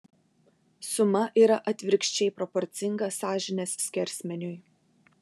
suma yra atvirkščiai proporcinga sąžinės skersmeniui